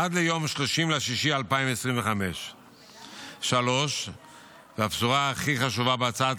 עד ליום 30 ביוני 2025. 3. הבשורה הכי חשובה בהצעת